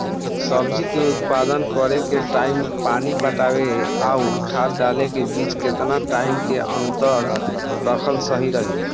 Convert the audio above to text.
सब्जी के उत्पादन करे टाइम पानी पटावे आउर खाद डाले के बीच केतना टाइम के अंतर रखल सही रही?